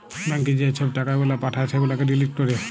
ব্যাংকে যে ছব টাকা গুলা পাঠায় সেগুলাকে ডিলিট ক্যরে